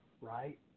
right